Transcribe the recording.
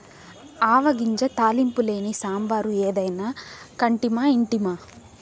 ఆవ గింజ తాలింపు లేని సాంబారు ఏదైనా కంటిమా ఇంటిమా